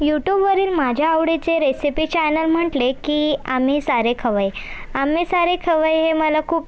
युटूबवरील माझ्या आवडीचे recipe channel म्हटले की आम्ही सारे खवय्ये आम्ही सारे खवय्ये मला खूप